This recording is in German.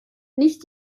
nicht